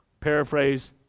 paraphrase